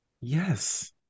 Yes